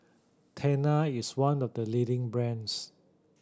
Tena is one of the leading brands